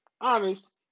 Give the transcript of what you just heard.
honest